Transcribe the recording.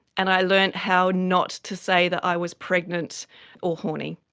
and i learned how not to say that i was pregnant or horny.